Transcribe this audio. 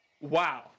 wow